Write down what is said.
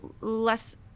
less